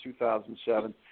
2007